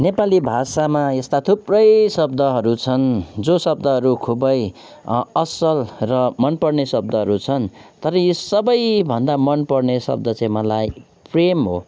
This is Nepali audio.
नेपाली भाषामा यस्ता थुप्रै शब्दहरू छन् जो शब्दहरू खुबै असल र मनपर्ने शब्दहरू छन् तर यस सबैभन्दा मनपर्ने शब्द चाहिँ मलाई प्रेम हो